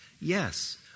Yes